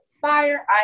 fire